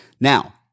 Now